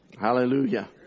Hallelujah